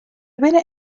binne